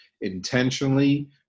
intentionally